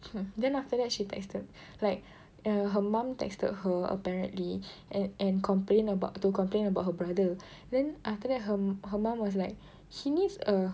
then after that she texted like err her mum texted her apparently and and complained about to complain about her brother then after that her her mum was like he needs a